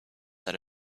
that